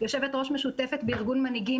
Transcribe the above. יושבת ראש משותפת בארגון מנהיגים,